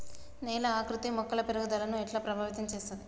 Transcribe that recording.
నేల ఆకృతి మొక్కల పెరుగుదలను ఎట్లా ప్రభావితం చేస్తది?